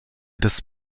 des